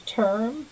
term